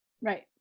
Right